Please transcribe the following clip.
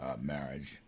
marriage